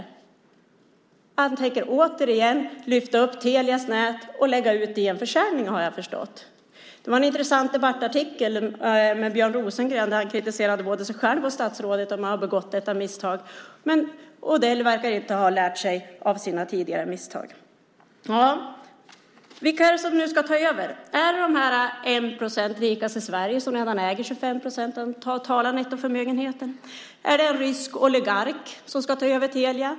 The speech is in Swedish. Jag har förstått att han återigen tänker lyfta upp Telias nät och lägga ut det till försäljning. I en intressant debattartikel kritiserade Björn Rosengren både sig själv och statsrådet för att man hade begått detta misstag. Men Odell verkar inte ha lärt sig av sina tidigare misstag. Vilka är det som ska ta över? Är det den procenten i Sverige som är rikast och redan äger 25 procent av den totala nettoförmögenheten? Är det en rysk oligark som ska ta över Telia?